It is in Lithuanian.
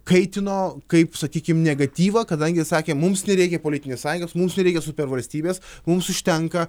kaitino kaip sakykim negatyvą kadangi sakė mums nereikia politinės sąjungos mums nereikia supervalstybės mums užtenka